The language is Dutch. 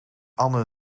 anne